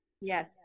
Yes